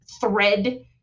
thread